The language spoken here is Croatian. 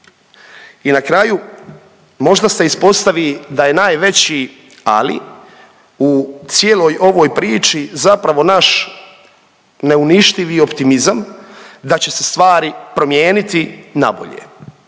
I na kraju možda se ispostavi da je najveći ali u cijeloj ovoj priči zapravo naš neuništivi optimizam da će se stvari promijeniti na bolje